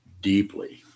deeply